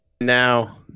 Now